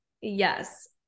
Yes